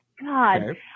god